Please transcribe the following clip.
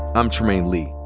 i'm trymaine lee.